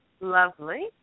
lovely